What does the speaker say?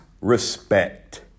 respect